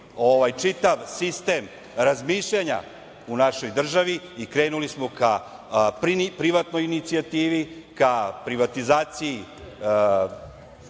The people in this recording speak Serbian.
čitav sistem razmišljanja u našoj državi i krenuli smo ka privatnoj inicijativi, ka privatizaciji